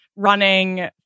Running